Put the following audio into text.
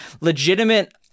legitimate